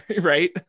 right